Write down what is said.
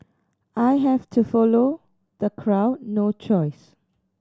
I have to follow the crowd no choice